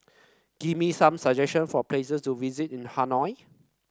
give me some suggestion for places to visit in Hanoi